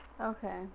Okay